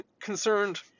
concerned